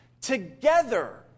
together